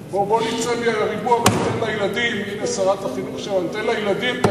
בוא נצא מהריבוע וניתן לילדים את האפשרות ללמוד,